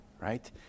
Right